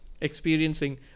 experiencing